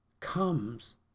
comes